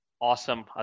Awesome